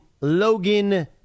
Logan